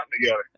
together